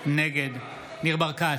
נגד ניר ברקת,